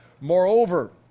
moreover